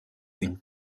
une